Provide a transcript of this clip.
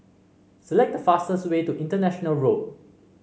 select the fastest way to International Road